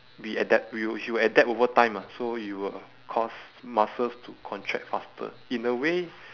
we adapt we will sh~ will adapt over time lah so you will cause muscles to contract faster in a way